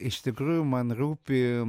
iš tikrųjų man rūpi